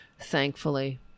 Thankfully